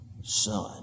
son